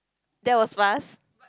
that was fast